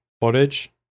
footage